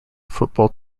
football